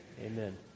Amen